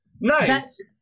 Nice